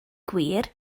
gwir